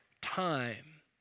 time